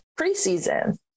preseason